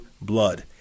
blood